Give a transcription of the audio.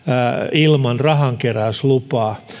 ilman rahankeräyslupaa